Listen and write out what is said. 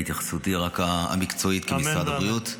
זו התייחסותי המקצועית כמשרד הבריאות.